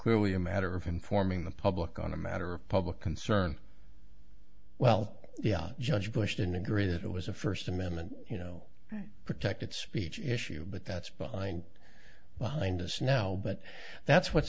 clearly a matter of informing the public on a matter of public concern well yeah judge bush didn't agree it was a first amendment you know protected speech issue but that's behind behind us now but that's what's